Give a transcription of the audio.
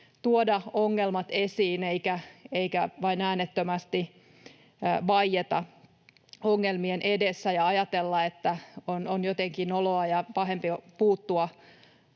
tuoda ongelmat esiin eikä vain äänettömästi vaieta ongelmien edessä ja ajatella, että on jotenkin noloa ja pahempi puuttua